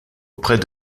auprès